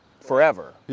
forever